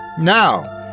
Now